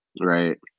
right